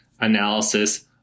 analysis